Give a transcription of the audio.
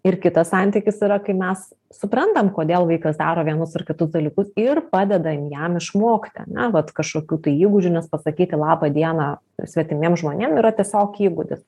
ir kitas santykis yra kai mes suprantam kodėl vaikas daro vienus ar kitus dalykus ir padedam jam išmokti ana vat kažkokių tų įgūdžių nes pasakyti laba diena svetimiem žmonėm yra tiesiog įgūdis